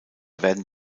werden